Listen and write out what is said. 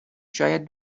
شاید